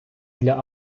для